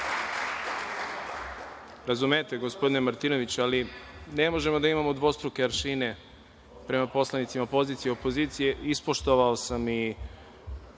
Razumete, gospodine Martinoviću, ali ne možemo da imamo dvostruke aršine prema poslanicima pozicije i opozicije. Ispoštovao sam i